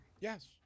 Yes